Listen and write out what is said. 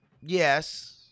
Yes